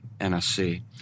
NSC